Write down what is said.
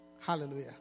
Hallelujah